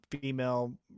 female